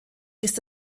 ist